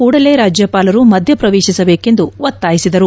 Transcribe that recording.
ಕೂಡಲೇ ರಾಜ್ಯಪಾಲರು ಮಧ್ಯಪ್ರವೇಶಿಸಬೇಕೆಂದು ಒತ್ತಾಯಿಸಿದರು